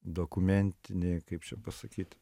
dokumentinėje kaip čia pasakyti